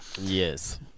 yes